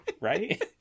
Right